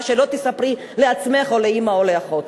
מה שלא תספרי לעצמך או לאמא או לאחות.